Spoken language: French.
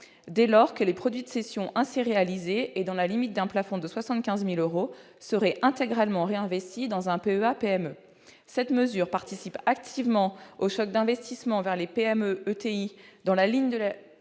dès lors que les produits de cessions ainsi réalisées, dans la limite d'un plafond de 75 000 euros, seraient intégralement réinvestis dans un PEA-PME. Cette mesure participera activement au choc d'investissement vers les PME-ETI, dans la ligne de la